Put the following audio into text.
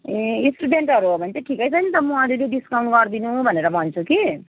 ए स्टुडेन्टहरू हो भने त ठिकै छ नि त म अलिअलि डिसकाउन्ट गरिदिनु भनेर भन्छु कि